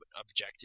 objective